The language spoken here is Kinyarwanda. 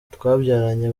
twabyaranye